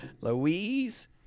Louise